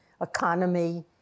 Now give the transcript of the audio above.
economy